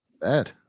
Bad